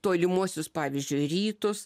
tolimuosius pavyzdžiui rytus